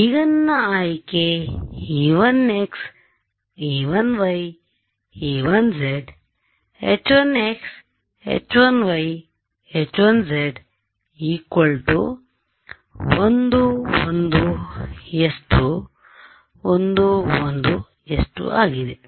ಈಗ ನನ್ನ ಆಯ್ಕೆ e1x e1y e1z h1x h1y h1z 1 1 s2 1 1 s2 ಆಗಿದೆ